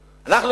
מפחדים.